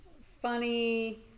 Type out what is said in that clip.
funny